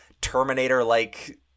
Terminator-like